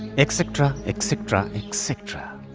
etc. etc. etc.